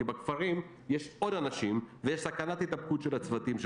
כי בכפרים יש עוד אנשים ויש סכנת הידבקות של הצוותים.